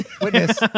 Witness